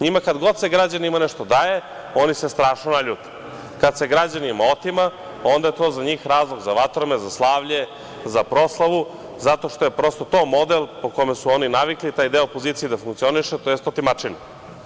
Njima kad god se građanima nešto daje, oni se strašno naljute, kada se građanima otima, onda je to za njih razlog za vatromet, za slavlje, za proslavu, zato što je prosto to model po kome su oni navikli, taj deo opozicije da funkcioniše, tj. otimačinu.